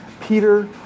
Peter